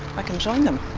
i can join them.